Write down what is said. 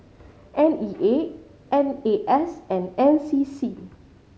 N E A N A S and N C C